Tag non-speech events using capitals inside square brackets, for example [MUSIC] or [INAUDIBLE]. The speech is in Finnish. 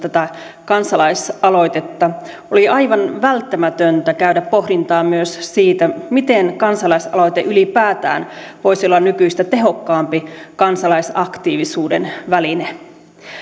[UNINTELLIGIBLE] tätä kansalaisaloitetta oli aivan välttämätöntä käydä pohdintaa myös siitä miten kansalais aloite ylipäätään voisi olla nykyistä tehokkaampi kansalaisaktiivisuuden väline